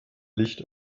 licht